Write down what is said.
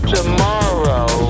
Tomorrow